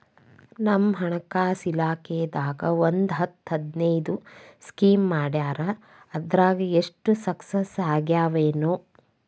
ನಮ್ ಹಣಕಾಸ್ ಇಲಾಖೆದಾಗ ಒಂದ್ ಹತ್ತ್ ಹದಿನೈದು ಸ್ಕೇಮ್ ಮಾಡ್ಯಾರ ಅದ್ರಾಗ ಎಷ್ಟ ಸಕ್ಸಸ್ ಆಗ್ಯಾವನೋ